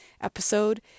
episode